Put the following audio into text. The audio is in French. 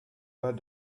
pas